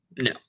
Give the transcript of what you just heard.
No